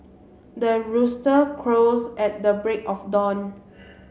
the rooster crows at the break of dawn